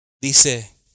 Dice